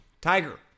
Tiger